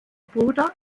bruder